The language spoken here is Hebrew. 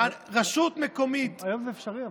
רשות מקומית, אבל היום זה אפשרי.